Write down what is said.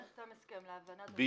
לא נחתם הסכם.